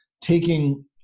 taking